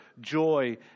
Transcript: joy